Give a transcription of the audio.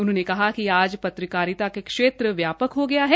उन्होंने ने कहा कि आज पत्रकारिता का क्षेत्र व्यापक हो गया है